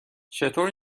چطور